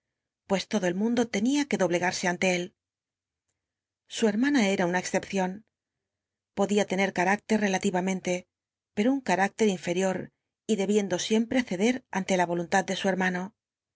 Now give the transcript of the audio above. pues todo el mundo tenia que doblega rse ante él su hermana era una excepcion podía tener carácter relativamente pero un car icler inferior y lebiendo siempre ceder ante la olunlad de sn h